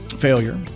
failure